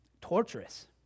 torturous